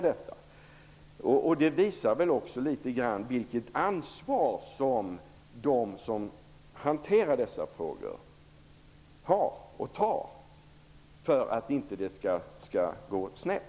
Det visar väl också vilket ansvar som de som hanterar dessa frågor har att ta för att det inte skall gå snett.